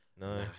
No